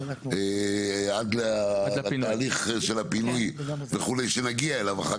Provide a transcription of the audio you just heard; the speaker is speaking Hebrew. עד לתהליך של הפינוי וכו' שנגיע אליו אחר